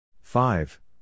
five